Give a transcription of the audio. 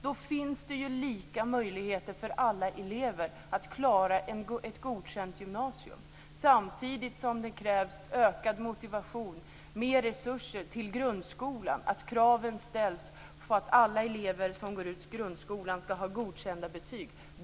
Då finns det lika möjligheter för alla elever att klara godkända betyg i gymnasiet, samtidigt som det finns motivation för mer resurser till grundskolan och för att det ställs krav på att alla elever som går ut grundskolan skall ha godkända betyg.